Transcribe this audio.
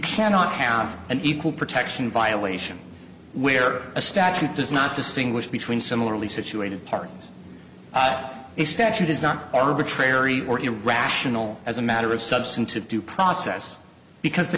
cannot have an equal protection violation where a statute does not distinguish between similarly situated pardons a statute is not arbitrary or irrational as a matter of substantive due process because t